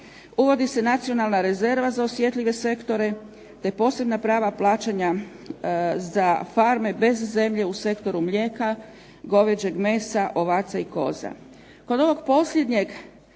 uvodi se nacionalna rezerva za osjetljive sektore te posebna prava plaćanja za farme bez zemlje u sektoru mlijeka, goveđeg mesa, ovaca i koza. Kod ovog posljednjeg